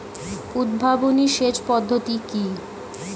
উদ্ভাবনী সেচ পদ্ধতি কি?